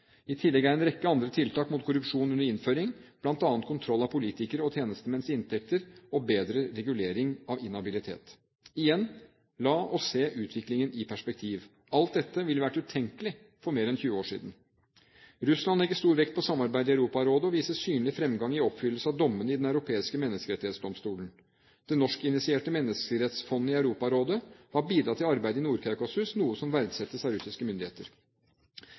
I tillegg er en rekke andre tiltak mot korrupsjon under innføring, bl.a. kontroll av politikeres og tjenestemenns inntekter og bedre regulering av inhabilitet. La oss igjen se utviklingen i perspektiv: Alt dette ville vært utenkelig for mer enn 20 år siden. Russland legger stor vekt på samarbeidet i Europarådet og viser synlig fremgang i oppfyllelse av dommene i Den europeiske menneskerettighetsdomstol. Det norskinitierte menneskerettsfondet i Europarådet har bidratt til arbeidet i Nord-Kaukasus, noe som verdsettes av russiske myndigheter.